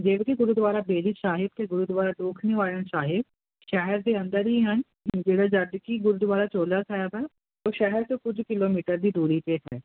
ਜਿਵੇਂ ਕੀ ਗੁਰਦੁਆਰਾ ਬੇਰੀ ਸਾਹਿਬ ਤੇ ਗੁਰਦੁਆਰਾ ਦੂਖ ਨਿਵਾਰਨ ਸਾਹਿਬ ਸ਼ਹਿਰ ਦੇ ਅੰਦਰ ਹੀ ਹਨ ਜਿਹੜਾ ਜਦ ਕਿ ਗੁਰਦੁਆਰਾ ਚੋਲਾ ਸਾਹਿਬ ਤੋਂ ਕੁਝ ਕਿਲੋਮੀਟਰ ਦੀ ਦੂਰੀ ਤੇ ਹੈ